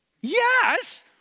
Yes